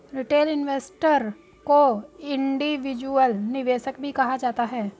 retail investor को individual निवेशक भी कहा जाता है